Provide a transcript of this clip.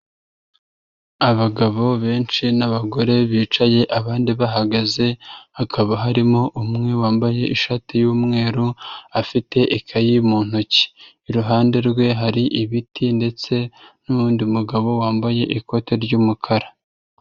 Abagabo benshi n'abagore bicaye abandi bahagaze, hakaba harimo umwe wambaye ishati yumweru afite ikayi mu ntoki, iruhande rwe hari ibiti ndetse n'undi mugabo wambaye ikote ry'umukara.